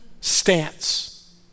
stance